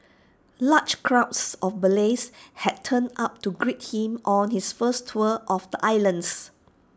large crowds of Malays had turned up to greet him on his first tour of the islands